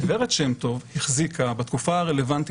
גב' שם טוב החזיקה בתקופה הרלוונטית,